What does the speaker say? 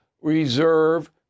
reserve